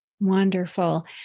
Wonderful